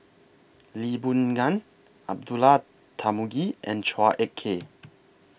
Lee Boon Ngan Abdullah Tarmugi and Chua Ek Kay